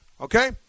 okay